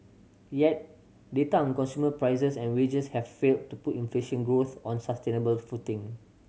yet data on consumer prices and wages have failed to put inflation growth on sustainable footing